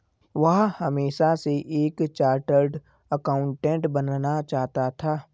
वह हमेशा से एक चार्टर्ड एकाउंटेंट बनना चाहता था